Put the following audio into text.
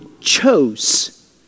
chose